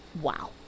Wow